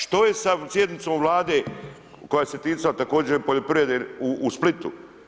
Što je sa sjednicom Vlade koja se ticala također poljoprivrede u Splitu.